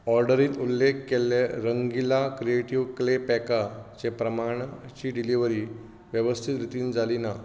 ऑर्डरींत उल्लेख केल्ले रंगीला क्रिएटिव्ह क्ले पॅकाचे प्रमाणाची डिलिव्हरी वेवस्थीत रितीन जाली ना